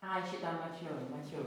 a šitą mačiau mačiau